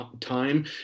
time